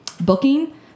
booking